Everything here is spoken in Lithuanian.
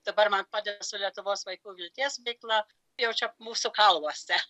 dabar man padeda su lietuvos vaikų vilties veikla jau čia mūsų kauluose